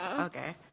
Okay